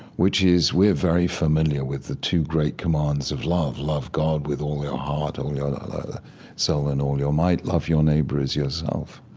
which is, we're very familiar with the two great commands of love love god with all your heart, all your soul, and all your might love your neighbor as yourself.